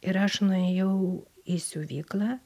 ir aš nuėjau į siuvyklą